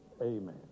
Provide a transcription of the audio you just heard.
amen